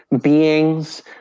beings